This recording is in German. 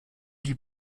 die